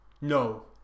No